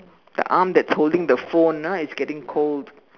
the arm that's holding the phone ah is getting cold